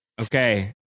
okay